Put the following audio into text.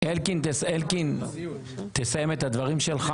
אלקין, תסיים את הדברים שלך